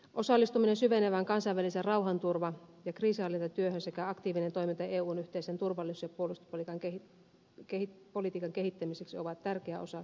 osallistuminen syvenevään kansainväliseen rauhanturva ja kriisinhallintatyöhön sekä aktiivinen toiminta eun yhteisen turvallisuus ja puolustuspolitiikan kehittämiseksi ovat tärkeä osa suomen puolustuspolitiikkaa